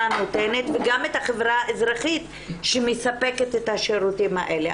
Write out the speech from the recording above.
נותנת וגם את החברה האזרחית שמספקת את השירותים האלה.